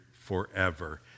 forever